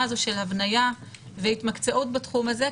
הזאת של הבנייה והתמקצעות בתחום הזה,